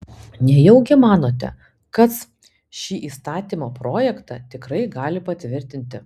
nejaugi manote kac šį įstatymo projektą tikrai gali patvirtinti